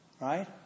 Right